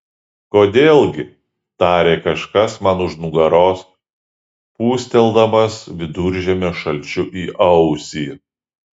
kodėl gi tarė kažkas man už nugaros pūsteldamas viduržiemio šalčiu į ausį